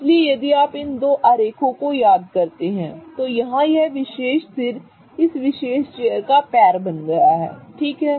इसलिए यदि आप इन दो आरेखों को याद करते हैं तो यहां यह विशेष सिर इस विशेष चेयर का पैर बन गया है ठीक है